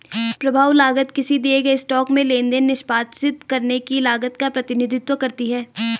प्रभाव लागत किसी दिए गए स्टॉक में लेनदेन निष्पादित करने की लागत का प्रतिनिधित्व करती है